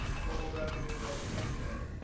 total revenue and enter.